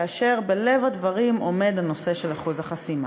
כאשר בלב הדברים עומד הנושא של אחוז החסימה.